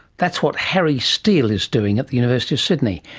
that's what harry steel is doing at the university of sydney,